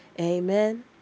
Amen